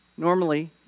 Normally